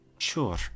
Sure